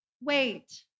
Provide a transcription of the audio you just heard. wait